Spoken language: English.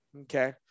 Okay